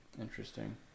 interesting